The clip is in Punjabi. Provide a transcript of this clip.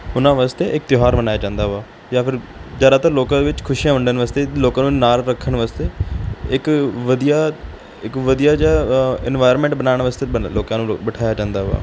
ਉਹਨਾਂ ਵਾਸਤੇ ਇੱਕ ਤਿਉਹਾਰ ਮਨਾਇਆ ਜਾਂਦਾ ਵਾ ਜਾਂ ਫਿਰ ਜ਼ਿਆਦਾਤਰ ਲੋਕਾਂ ਦੇ ਵਿੱਚ ਖੁਸ਼ੀਆਂ ਵੰਡਣ ਵਾਸਤੇ ਲੋਕਾਂ ਨੂੰ ਨਾਲ ਰੱਖਣ ਵਾਸਤੇ ਇੱਕ ਵਧੀਆ ਇੱਕ ਵਧੀਆ ਜਿਹਾ ਇਨਵਾਇਰਮੈਂਟ ਬਣਾਉਣ ਵਾਸਤੇ ਬਨ ਲੋਕਾਂ ਨੂੰ ਬਿਠਾਇਆ ਜਾਂਦਾ ਵਾ